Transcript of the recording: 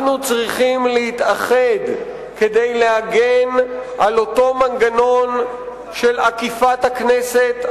אנחנו צריכים להתאחד כדי להגן על אותו מנגנון של עקיפת הכנסת,